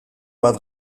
bat